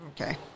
okay